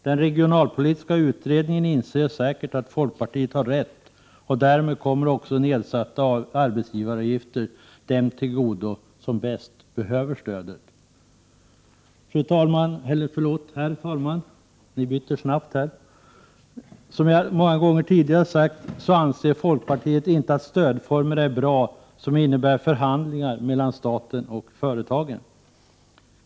Den regionalpolitiska utredningen inser säkert att folkpartiet har rätt, och därmed kommer också nedsatta arbetsgivaravgifter dem till godo som bäst behöver stödet. Herr talman! Som jag många gånger tidigare sagt anser folkpartiet inte att sådana stödformer är bra som innebär förhandlingar mellan staten och företagen.